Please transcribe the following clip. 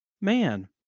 man